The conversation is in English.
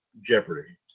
Jeopardy